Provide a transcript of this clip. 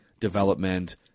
development